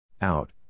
Out